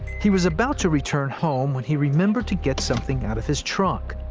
he was about to return home when he remembered to get something out of his trunk,